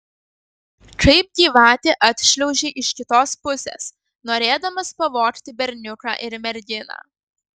kaip gyvatė atšliaužei iš kitos pusės norėdamas pavogti berniuką ir merginą